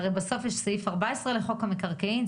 בסוף יש סעיף 14 לחוק המקרקעין,